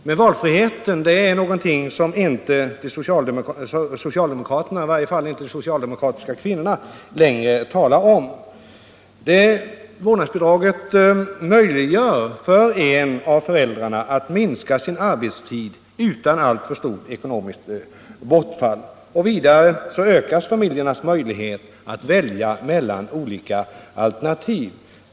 Men valfriheten är någonting som i varje fall de socialdemokratiska kvinnorna inte längre talar om. Vårdnadsbidraget möjliggör för en av föräldrarna att minska sin arbetstid utan alltför stort ekonomiskt bortfall. Vidare ökas familjernas möjlighet att välja mellan olika alternativ.